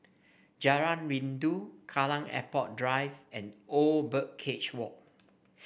Jalan Rindu Kallang Airport Drive and Old Birdcage Walk